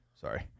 sorry